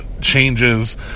changes